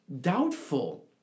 doubtful